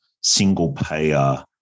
single-payer